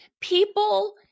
People